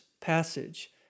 passage